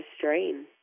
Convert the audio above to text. strain